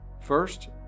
First